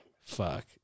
fuck